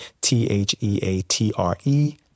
T-H-E-A-T-R-E